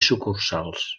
sucursals